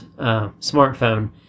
smartphone